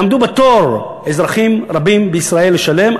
אני אומר לך שיעמדו בתור אזרחים רבים בישראל לשלם,